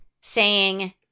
saying-